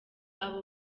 abo